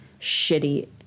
shitty